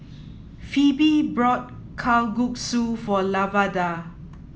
Pheobe bought Kalguksu for Lavada